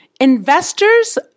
investors